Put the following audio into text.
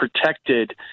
protected